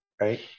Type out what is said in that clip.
right